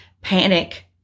panic